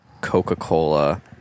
Coca-Cola